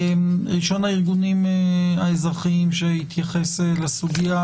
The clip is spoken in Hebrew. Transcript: ראשון הארגונים האזרחיים שיתייחס לסוגיה,